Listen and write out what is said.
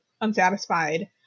unsatisfied